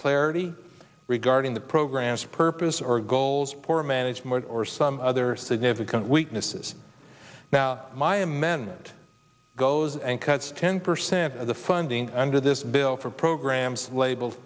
clarity regarding the program's purpose or goals poor management or some other significant weaknesses my amendment goes and cuts ten percent of the funding under this bill for programs label